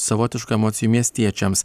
savotiškų emocijų miestiečiams